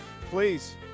please